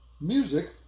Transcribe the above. Music